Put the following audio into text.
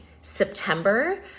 September